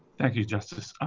thank you, justice.